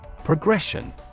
Progression